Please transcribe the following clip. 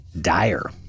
dire